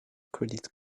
credit